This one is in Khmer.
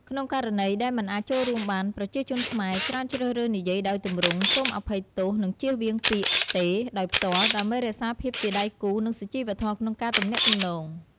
ក្នុងករណីដែលមិនអាចចូលរួមបាន ប្រជាជនខ្មែរច្រើនជ្រើសរើសនិយាយដោយទម្រង់ សូមអភ័យទោស និងចៀសវាងពាក្យ "ទេ" ដោយផ្ទាល់ ដើម្បីរក្សាភាពជាដៃគូរ និងសុជីវធម៌ក្នុងការទំនាក់ទំនង។